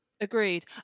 Agreed